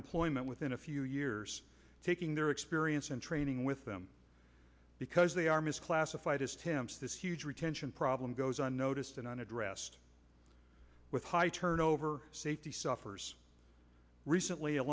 employment within a few years taking their experience and training with them because they are misclassified as temps this huge retention problem goes unnoticed and unaddressed with high turnover safety sufferers recently a